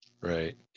Right